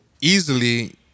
easily